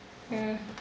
ya